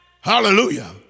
Hallelujah